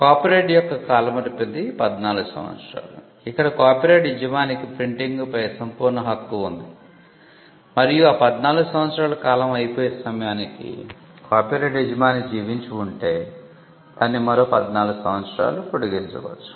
copyright యొక్క కాల పరిమితి 14 సంవత్సరాలు ఇక్కడ కాపీరైట్ యజమానికి ప్రింటింగ్ పై సంపూర్ణ హక్కు ఉంది మరియు ఆ 14 సంవత్సరాల కాలం అయిపోయే సమయానికి కాపీరైట్ యజమాని జీవించి ఉంటే దాన్ని మరో 14 సంవత్సరాలు పొడిగించవచ్చు